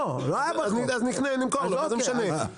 אז נמכור לו, מה זה משנה?